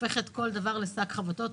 שהופכת כל דבר לשק חבטות.